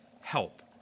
help